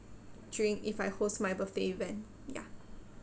during if I hold my birthday event ya